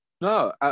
No